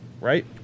right